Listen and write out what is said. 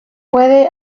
puede